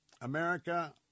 America